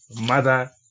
mother